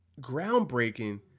groundbreaking